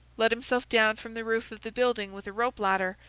let himself down from the roof of the building with a rope-ladder,